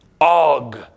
Og